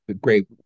Great